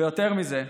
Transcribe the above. ויותר מזה,